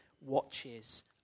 watches